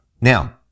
Now